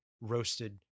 roasted